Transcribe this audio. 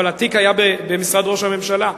אבל התיק היה במשרד ראש הממשלה,